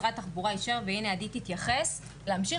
משרד התחבורה אישר ועדי תתייחס להמשיך